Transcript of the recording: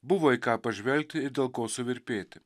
buvo į ką pažvelgti ir dėl ko suvirpėti